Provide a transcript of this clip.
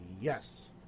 yes